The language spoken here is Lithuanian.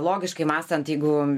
logiškai mąstant jeigu